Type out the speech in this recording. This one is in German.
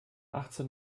achtzehn